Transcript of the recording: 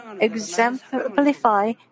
exemplify